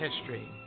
history